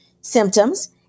symptoms